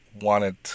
wanted